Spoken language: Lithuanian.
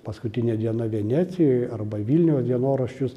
paskutinė diena venecijoj arba vilniaus dienoraščius